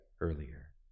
earlier